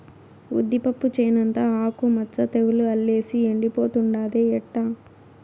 ఉద్దిపప్పు చేనంతా ఆకు మచ్చ తెగులు అల్లేసి ఎండిపోతుండాదే ఎట్టా